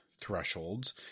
thresholds